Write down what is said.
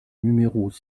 numéros